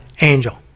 angel